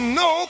no